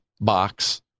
box